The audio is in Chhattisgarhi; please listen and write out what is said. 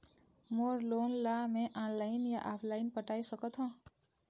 मोर लोन ला मैं ऑनलाइन या ऑफलाइन पटाए सकथों?